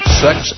sex